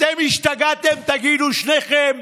תגידו, אתם השתגעתם, שניכם?